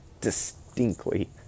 distinctly